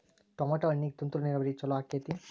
Tomato ಹಣ್ಣಿಗೆ ತುಂತುರು ನೇರಾವರಿ ಛಲೋ ಆಕ್ಕೆತಿ?